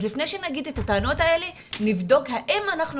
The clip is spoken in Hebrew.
אז לפני שנגיד את הטענות האלה נבדוק האם אנחנו